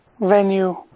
venue